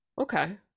Okay